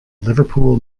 liverpool